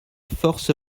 force